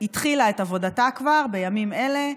היא התחילה את עבודתה כבר בימים אלה,